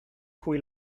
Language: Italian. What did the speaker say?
cui